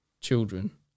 children